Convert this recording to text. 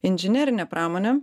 inžinerinė pramonė